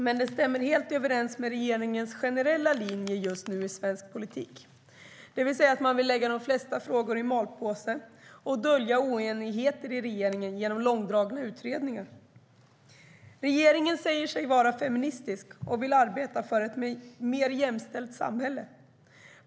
Men det stämmer helt överens med regeringens generella linje just nu i svensk politik, det vill säga att man vill lägga de flesta frågor i malpåse och dölja oenigheter i regeringen genom långdragna utredningar. Regeringen säger sig vara feministisk och vill arbeta för ett mer jämställt samhälle.